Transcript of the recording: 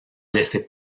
laissé